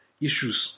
Issues